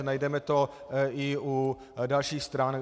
Najdeme to i u dalších stran.